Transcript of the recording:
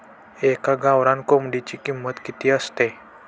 एका गावरान कोंबडीची किंमत किती असते?